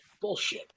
bullshit